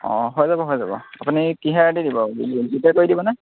অঁ হৈ যাব হৈ যাব আপুনি কিহেদি দিব জিপে' কৰি দিবনে